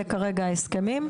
אלה כרגע ההסכמים.